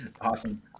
Awesome